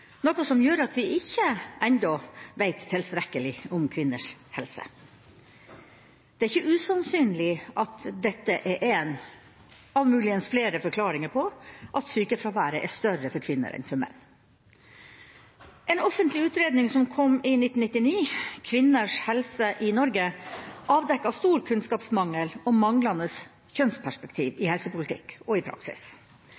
noe som gjør at vi ikke vet tilstrekkelig om kvinners helse. Det er ikke usannsynlig at dette er en av muligens flere forklaringer på at sykefraværet er større hos kvinner enn hos menn. En offentlig utredning som kom i 1999, Kvinners helse i Norge, avdekket stor kunnskapsmangel og manglende kjønnsperspektiv i helsepolitikk og praksis. På bakgrunn av dette ble det i